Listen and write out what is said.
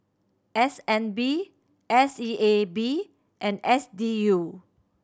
S N B S E A B and S D U